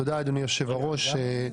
תודה אדוני היושב ראש.